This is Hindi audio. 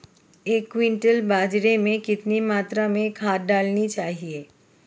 एक क्विंटल बाजरे में कितनी मात्रा में खाद डालनी चाहिए?